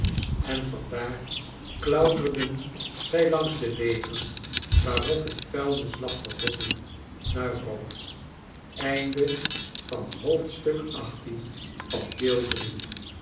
en van daar klauterden zij langs de wegen waarop het vuilnis lag te rotten naar rome